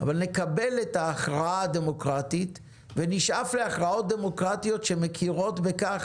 אבל נקבל את ההכרעה הדמוקרטית ונשאף להכרעות דמוקרטיות שמכירות בכך